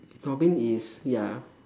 robin is ya